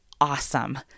awesome